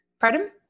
Pardon